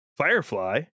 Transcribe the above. firefly